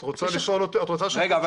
את רוצה לשאול אותי --- רגע,